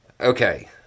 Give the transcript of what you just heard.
Okay